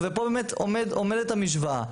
ופה עומדת המשוואה,